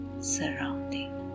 surrounding